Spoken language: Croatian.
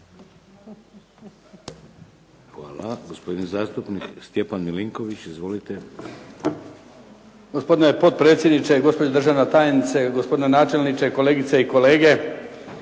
Hvala. Gospodin zastupnik Stjepan Milinković. Izvolite. **Milinković, Stjepan (HDZ)** Gospodine potpredsjedniče, gospođo državna tajnice, gospodine načelniče, kolegice i kolege.